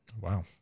Wow